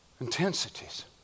intensities